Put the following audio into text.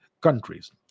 countries